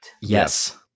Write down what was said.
Yes